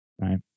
Right